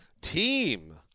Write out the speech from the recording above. team